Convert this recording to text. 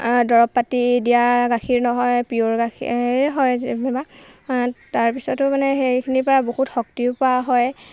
দৰৱপাতি দিয়া গাখীৰ নহয় পিয়ৰ গাখীৰেই হয় যেনিবা তাৰপিছতো মানে সেইখিনিৰ পা বহুত শক্তিও পোৱা হয়